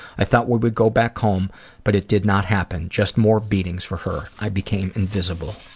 i thought we would go back home but it did not happen. just more beatings for her. i became invisible.